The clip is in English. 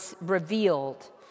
revealed